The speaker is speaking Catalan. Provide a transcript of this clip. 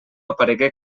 aparegué